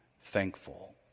thankful